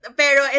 pero